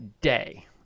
day